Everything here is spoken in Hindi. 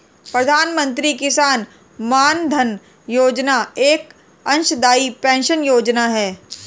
प्रधानमंत्री किसान मानधन योजना एक अंशदाई पेंशन योजना है